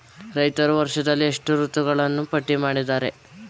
ರೈತರು ವರ್ಷದಲ್ಲಿ ಎಷ್ಟು ಋತುಗಳನ್ನು ಪಟ್ಟಿ ಮಾಡಿದ್ದಾರೆ?